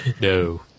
No